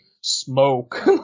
Smoke